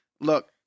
Look